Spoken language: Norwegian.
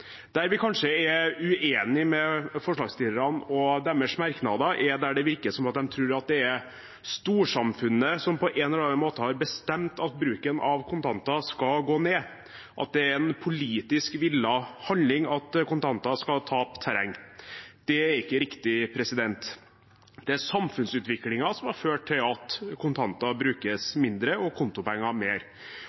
Der vi kanskje er uenige med forslagsstillerne og deres merknader, er at det virker som de tror det er storsamfunnet som på en eller annen måte har bestemt at bruken av kontanter skal gå ned, at det er en politisk villet handling at kontanter skal tape terreng. Det er ikke riktig. Det er samfunnsutviklingen som har ført til at kontanter brukes mindre og kontopenger mer,